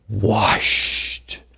washed